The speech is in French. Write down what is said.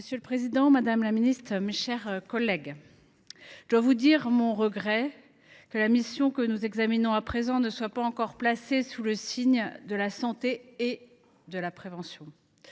Monsieur le président, madame la ministre, mes chers collègues, je dois vous dire mon regret que la mission que nous examinons à présent ne soit pas encore placée sous le signe de la santé et de la prévention.